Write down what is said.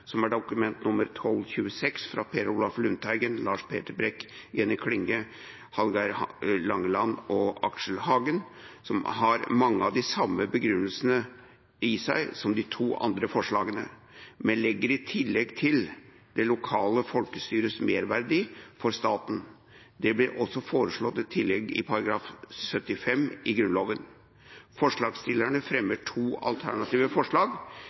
som er Dokument 12:26 for 2011–2012 fra Per Olaf Lundteigen, Lars Peder Brekk, Jenny Klinge, Hallgeir H. Langeland og Aksel Hagen. Forslaget har mange av de samme begrunnelsene i seg som de to andre forslagene, men legger i tillegg til det lokale folkestyrets merverdi for staten. Det blir også foreslått et tillegg til Grunnloven § 75. Forslagsstillerne fremmer to alternative forslag